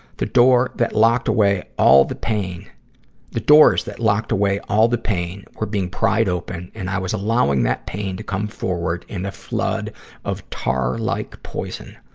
the doors that locked away all the pain doors that locked away all the pain were being pried open, and i was allowing that pain to come forward in a flood of tar-like poison.